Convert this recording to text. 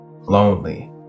lonely